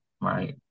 right